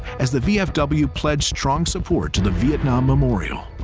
as the vfw pledged strong support to the vietnam memorial,